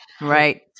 Right